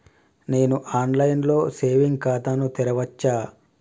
నేను online లో saving ఖాతా ను తెరవచ్చా?